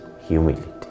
humility